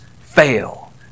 fail